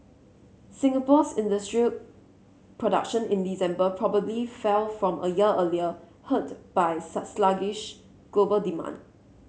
Singapore's industrial production in December probably fell from a year earlier hurt by sluggish global demand